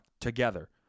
together